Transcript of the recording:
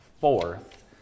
fourth